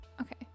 Okay